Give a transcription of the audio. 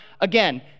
again